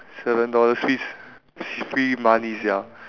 seven dollars means free money sia